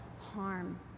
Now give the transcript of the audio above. harm